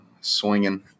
swinging